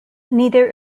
neither